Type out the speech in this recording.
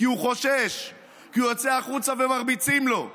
כי הוא חושש, כי הוא יוצא החוצה ומרביצים לו.